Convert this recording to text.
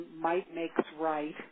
might-makes-right